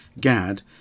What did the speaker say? Gad